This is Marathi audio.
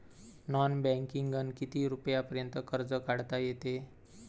नॉन बँकिंगनं किती रुपयापर्यंत कर्ज काढता येते?